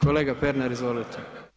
Kolega Pernar izvolite.